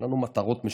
יש לנו מטרות משותפות,